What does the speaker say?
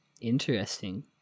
Interesting